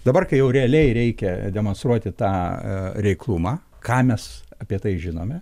dabar kai jau realiai reikia demonstruoti tą reiklumą ką mes apie tai žinome